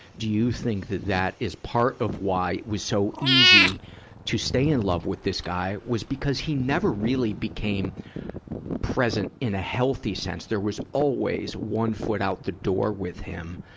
do you think that that is part of why it was so easy to stay in love with this guy, was because he never really became present in a healthy sense. there was always one foot out the door with him.